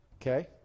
Okay